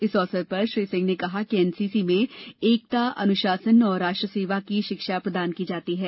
इस अवसर पर श्री सिंह ने कहा कि एनसीसी में एकता अनुशासन और राष्ट्र सेवा की शिक्षा प्रदान की जाती है